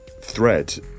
thread